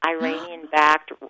Iranian-backed